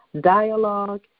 dialogue